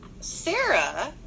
Sarah